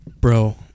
Bro